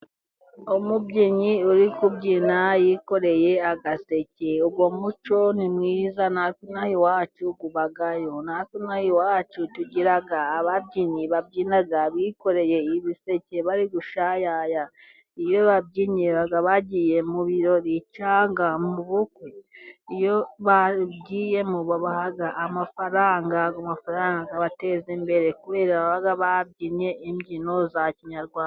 Umubyinnyi uri kubyina yikoreye agaseke uwo muco ni mwiza natwe inaha iwacu ubayo, natwe inaha iwacu tugira ababyinnyi babyina bikoreye ibiseke bari gushayaya. Iyo babyinnye baba bagiye mu birori cyagwa mu bukwe. Iyo bagiyemo babaha amafaranga, amafaranga abateza imbere kubera ko baba babyinnye imbyino za Kinyarwanda.